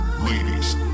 ladies